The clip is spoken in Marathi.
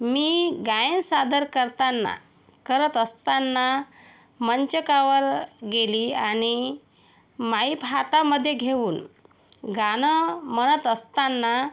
मी गायन सादर करताना करत असताना मंचकावर गेले आणि माईप हातामध्ये घेऊन गाणं म्हणत असताना